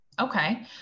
okay